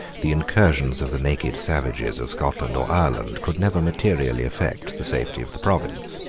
the incursions of the naked savages of scotland or ireland could never materially affect the safety of the province.